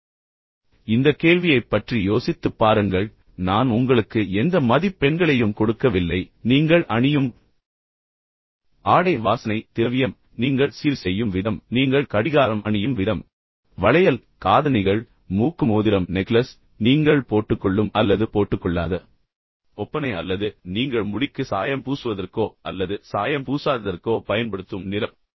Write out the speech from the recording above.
இப்போது இந்த கேள்வியைப் பற்றி யோசித்துப் பாருங்கள் நான் உங்களுக்கு எந்த மதிப்பெண்களையும் கொடுக்கவில்லை ஆனால் நீங்கள் அணியும் ஆடை வாசனை திரவியம் நீங்கள் சீர் செய்யும் விதம் நீங்கள் கடிகாரம் அணியும் விதம் நீங்கள் வளையல் காதணிகள் மூக்கு மோதிரம் நெக்லஸ் நீங்கள் போட்டுக்கொள்ளும் அல்லது போட்டுக்கொள்ளாத ஒப்பனை அல்லது நீங்கள் முடிக்கு சாயம் பூசுவதற்கோ அல்லது சாயம் பூசாததற்கோ பயன்படுத்தும் நிறம்